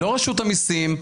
לא רשות המיסים,